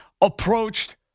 approached